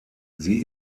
sie